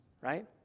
right